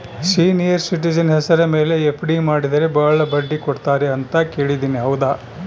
Senior citizen ಹೆಸರ ಮೇಲೆ FD ಮಾಡಿದರೆ ಬಹಳ ಬಡ್ಡಿ ಕೊಡ್ತಾರೆ ಅಂತಾ ಕೇಳಿನಿ ಹೌದಾ?